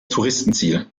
touristenziel